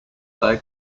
they